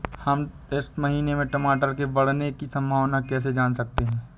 हम इस महीने में टमाटर के बढ़ने की संभावना को कैसे जान सकते हैं?